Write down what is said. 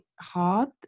hard